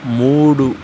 మూడు